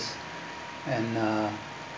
and uh